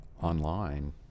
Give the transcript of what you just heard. online